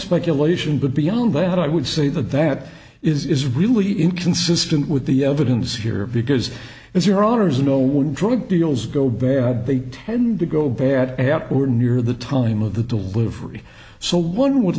speculation but beyond that i would say that that is really inconsistent with the evidence here because if your honour's know when drug deals go bad they tend to go bad or near the time of the delivery so one would